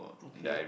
okay